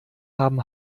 haben